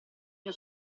mio